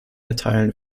erteilen